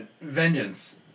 vengeance